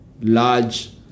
large